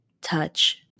touch